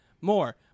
more